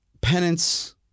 Penance